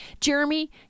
Jeremy